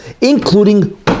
including